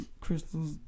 crystals